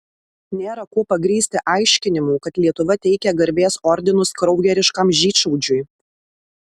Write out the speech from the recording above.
nėra kuo pagrįsti aiškinimų kad lietuva teikia garbės ordinus kraugeriškam žydšaudžiui